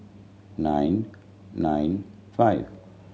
nine nine five